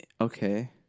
Okay